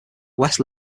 west